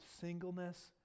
singleness